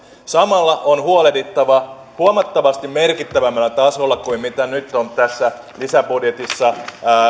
samalla on huolehdittava että varataan rahoja huomattavasti merkittävämmällä tasolla kuin mitä nyt on tässä lisäbudjetissa